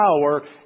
power